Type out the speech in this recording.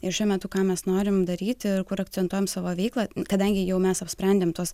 ir šiuo metu ką mes norim daryti ir kur akcentuojam savo veiklą kadangi jau mes apsprendėme tuos